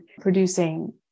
producing